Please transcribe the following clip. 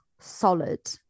solid